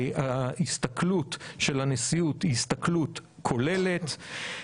ההסתכלות של הנשיאות היא הסתכלות כוללת.